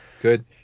Good